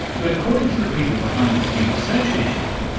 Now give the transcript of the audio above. but according to the people behind this new research initiative,